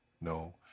No